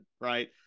Right